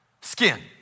skin